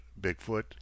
Bigfoot